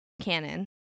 canon